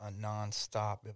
nonstop